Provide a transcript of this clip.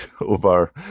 over